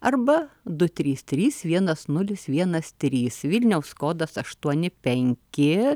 arba du trys trys vienas nulis vienas trys vilniaus kodas aštuoni penki